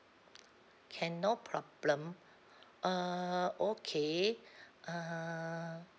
can no problem err okay err